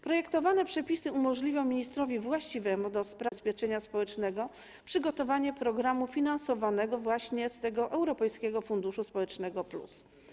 Projektowane przepisy umożliwią ministrowi właściwemu do spraw zabezpieczenia społecznego przygotowanie programu finansowanego właśnie z Europejskiego Funduszu Społecznego Plus.